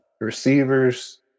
receivers